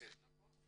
שנמצאת כאן, נכון?